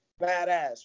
badass